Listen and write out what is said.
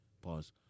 Pause